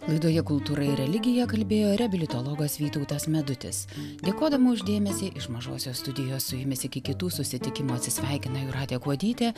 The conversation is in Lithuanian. laidoje kultūra ir religija kalbėjo reabilitologas vytautas medutis dėkodama už dėmesį iš mažosios studijos su jumis iki kitų susitikimų atsisveikina jūratė kuodytė